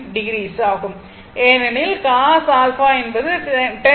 9o ஆகும் ஏனெனில் cos α என்பது 1013